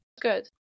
good